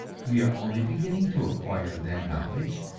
we are only beginning to acquire that knowledge,